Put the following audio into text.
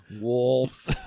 Wolf